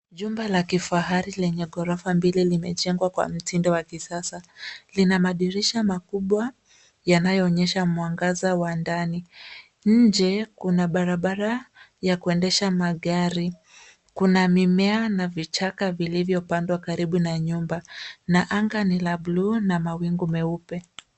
Jumbe la kifahari lenye ghorofa mbili limejengwa kwa mtindo wa kisasa. Lina madirisha makubwa yanayoonyesha mwangaza wa ndani. Nje, kuna barabara ya kuendesha magari. Kuna mimea na vichaka vilivyopandwa karibu na nyumba. Na anga ni la buluu na mawingu meupe.